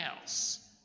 else